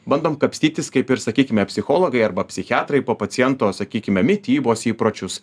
bandom kapstytis kaip ir sakykime psichologai arba psichiatrai po paciento sakykime mitybos įpročius